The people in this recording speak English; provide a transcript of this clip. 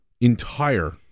Entire